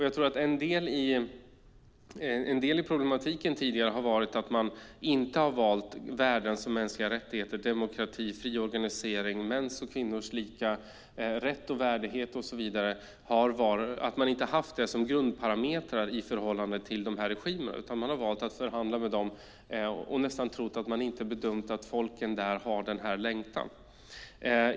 Jag tror att en del i problematiken tidigare har varit att man inte har haft värden som mänskliga rättigheter, demokrati, fri organisering, mäns och kvinnors lika rätt och värde och så vidare som grundparametrar i förhållande till de här regimerna, utan man har valt att förhandla med dem nästan som om man bedömt att folken där inte har denna längtan.